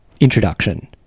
introduction